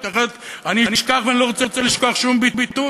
כי אחרת אשכח ואני לא רוצה לשכוח שום ביטוי.